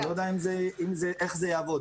אני לא יודע איך זה יעבוד.